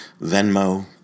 Venmo